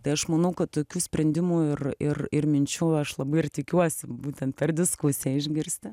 tai aš manau kad tokių sprendimų ir ir ir minčių aš labai ir tikiuosi būtent per diskusiją išgirsti